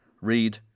read